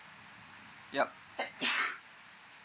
yup